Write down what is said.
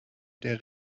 der